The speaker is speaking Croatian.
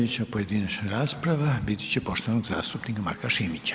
Slijedeća pojedinačna rasprava biti će poštovanog zastupnika Marka Šimića.